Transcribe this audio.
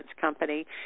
company